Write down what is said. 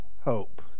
hope